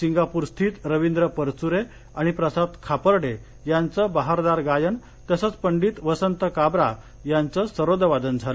Singapore स्थित स्वींद्र परचुरे आणि प्रसाद खापर्डे यांचं बहारदार गायन तसंच पंडित वसंत काब्रा यांच सरोदवादन झालं